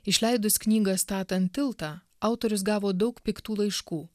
išleidus knygą statant tiltą autorius gavo daug piktų laiškų